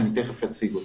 שאני אציג אותה.